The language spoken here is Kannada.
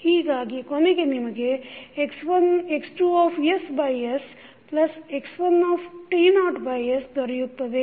ಹೀಗಾಗಿಕೊನೆಗೆ ನಿಮಗೆ X2sx1s ದೊರೆಯುತ್ತದೆ